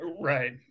right